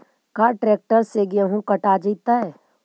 का ट्रैक्टर से गेहूं कटा जितै?